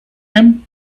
him